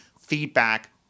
feedback